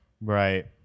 Right